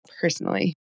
personally